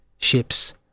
ships